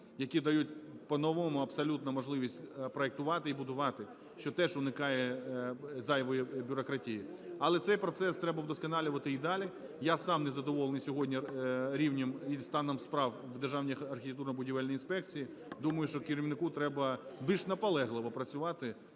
які дають по-новому абсолютно можливість проектувати і будувати. Що теж уникає зайвої бюрократії. Але цей процес треба вдосконалювати і далі. Я сам незадоволений сьогодні рівнем і станом справ в Державній архітектурно-будівельній інспекції. Думаю, що керівнику треба більш наполегливо працювати